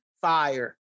fire